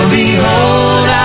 behold